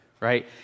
right